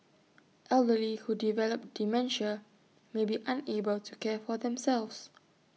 elderly who develop dementia may be unable to care for themselves